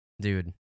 Dude